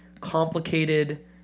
complicated